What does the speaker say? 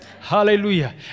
Hallelujah